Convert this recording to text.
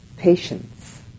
Patience